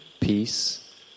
peace